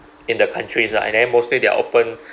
in the countries lah and then mostly they are open